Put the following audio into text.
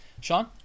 Sean